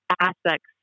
aspects